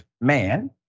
man